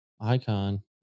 Icon